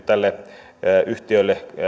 tälle yhtiölle